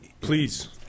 please